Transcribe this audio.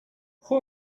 who